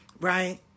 right